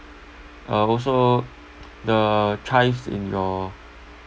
uh also the chives in your